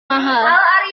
mahal